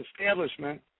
establishment